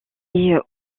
est